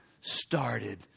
started